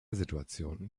situationen